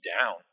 down